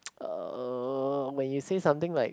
uh when you say something like